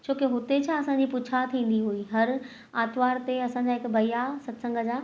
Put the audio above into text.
छो की हुते छा असांजी पुछा थींदी हुई हर आरतवार ते असांजा हिकु भैया सतसंग जा